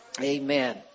Amen